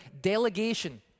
delegation